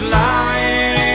lying